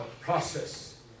process